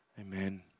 Amen